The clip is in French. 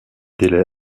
délai